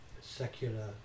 secular